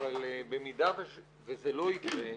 אבל במידה וזה לא יקרה,